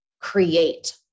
create